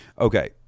okay